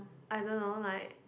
I don't know like